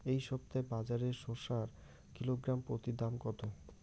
এই সপ্তাহে বাজারে শসার কিলোগ্রাম প্রতি দাম কত?